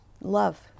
love